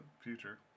future